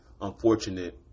unfortunate